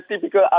typical